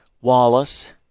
Wallace